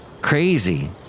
Crazy